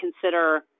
consider